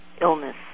illness